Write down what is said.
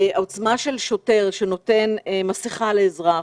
העוצמה של שוטר שנותן מסכה לאזרח,